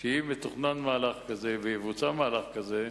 אם מתוכנן מהלך כזה ויבוצע מהלך כזה,